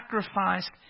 sacrificed